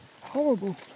horrible